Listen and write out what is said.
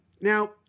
Now